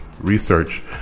research